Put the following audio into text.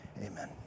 Amen